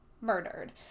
murdered